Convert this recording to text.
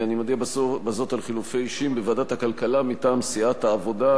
אני מודיע בזאת על חילופי אישים בוועדת הכלכלה מטעם סיעת העבודה,